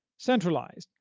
centralized,